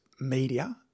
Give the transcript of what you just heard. media